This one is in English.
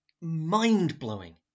mind-blowing